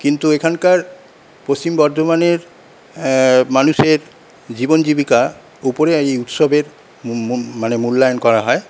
কিন্তু এখানকার পশ্চিম বর্ধমানের মানুষের জীবন জীবিকার উপরে এই উৎসবের মানে মূল্যায়ন করা হয়